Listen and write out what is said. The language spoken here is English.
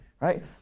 right